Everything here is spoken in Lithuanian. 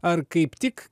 ar kaip tik